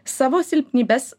savo silpnybes